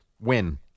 win